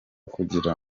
kugira